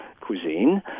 cuisine